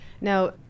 Now